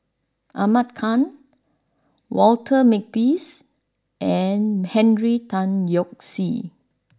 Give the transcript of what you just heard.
Ahmad Khan Walter Makepeace and Henry Tan Yoke See